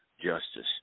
justice